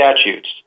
statutes